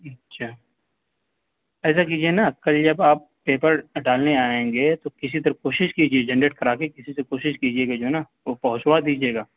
اچھا ایسا کیجیئے نا کل جب آپ پیپر ڈالنے آئیں گے تو کسی سے کوشش کیجیئے جنریٹ کرا کے کسی سے کوشش کیجیئے گا جو ہے نا وہ پہنچوا دیجیے گا